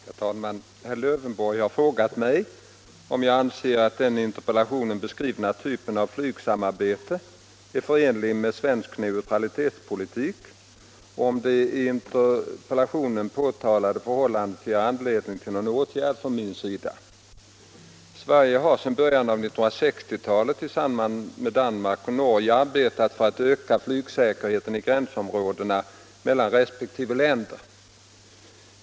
Herr talman! Herr Lövenborg har frågat mig, om jag anser att den i interpellationen beskrivna typen av ”flygsamarbete” är förenlig med svensk neutralitetspolitik och om det i interpellationen påtalade förhållandet ger anledning till någon åtgärd från min sida. Sverige har sedan början av 1960-talet tillsammans med Danmark och Norge arbetat för att öka flygsäkerheten i gränsområdena mellan resp. länder.